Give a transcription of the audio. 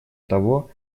того